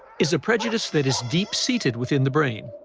is a prejudice that is deep-seated within the brain,